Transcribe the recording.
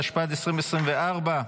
התשפ"ד-2024,